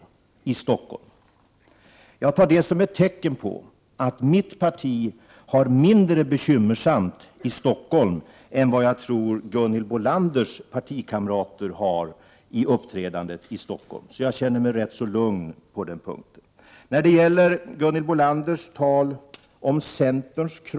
Stockholms län, som snabbt expanderar, är civilförsvarets största huvudvärk när det gäller skyddsrumsplatser.